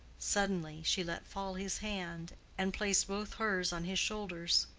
suddenly, she let fall his hand, and placed both hers on his shoulders,